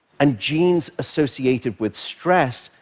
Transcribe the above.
and genes associated with stress,